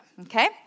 okay